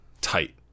tight